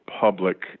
public